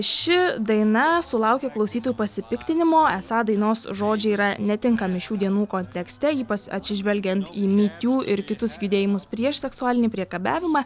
ši daina sulaukė klausytojų pasipiktinimo esą dainos žodžiai yra netinkami šių dienų kontekste ypač atsižvelgiant į my tiu ir kitus judėjimus prieš seksualinį priekabiavimą